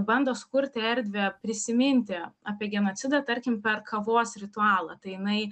bando sukurti erdvę prisiminti apie genocidą tarkim per kavos ritualą tai jinai